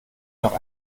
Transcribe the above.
noch